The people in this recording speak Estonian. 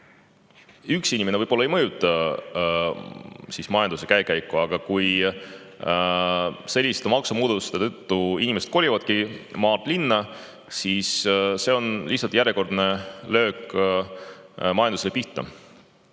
Üks inimene võib-olla ei mõjuta majanduse käekäiku, aga kui selliste maksumuudatuste tõttu inimesed kolivadki maalt linna, siis see on lihtsalt järjekordne löök majanduse pihta.